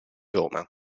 roma